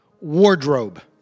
wardrobe